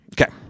Okay